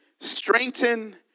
strengthen